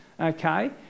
okay